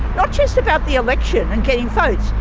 not just about the election, and getting votes,